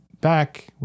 back